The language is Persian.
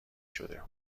شده